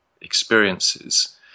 experiences